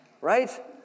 right